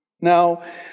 Now